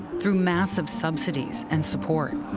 through massive subsidies and support.